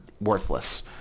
worthless